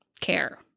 care